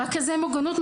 רכזי מוגנות,